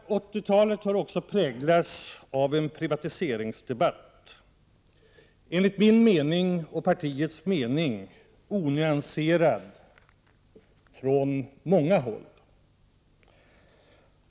80-talet har också präglats av en privatiseringsdebatt, som enligt min och centerpartiets mening på många håll har varit onyanserad.